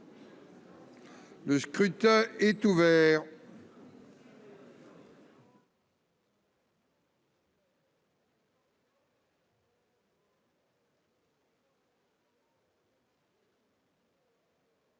Le scrutin est ouvert.